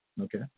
Okay